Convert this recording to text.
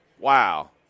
wow